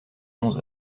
onze